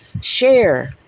share